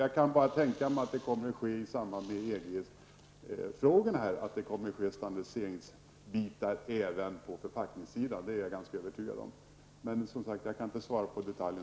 Jag kan dock tänka mig att det kommer att äga rum diskussioner om standardisering i samband med EG-förhandlingar. Det kommer säkerligen också att ske diskussioner på förpackningssidan. Men jag kan inte nu svara på några detaljer.